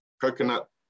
Coconut